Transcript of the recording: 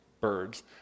birds